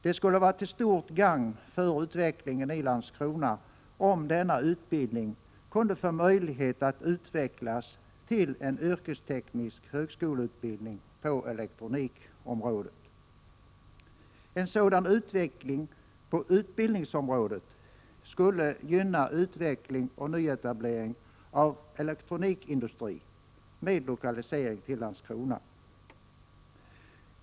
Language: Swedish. Det skulle vara till stort gagn för utvecklingen i Landskrona om denna utbildning kunde få möjlighet att utvecklas till en yrkesteknisk högskoleutbildning på elektronikområdet. En sådan utveckling på utbildningsområdet skulle gynna utveckling och nyetablering av elektronikindustri med lokalisering till Landskrona.